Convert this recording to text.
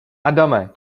adame